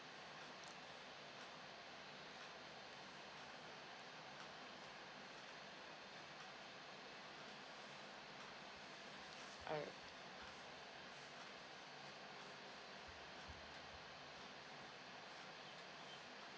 alright